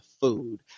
food